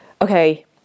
okay